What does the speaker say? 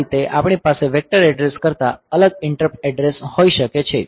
આ રીતે આપણી પાસે વેક્ટર એડ્રેસ કરતાં અલગ ઈંટરપ્ટ એડ્રેસ હોઈ શકે છે